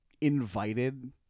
invited